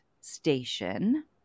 Station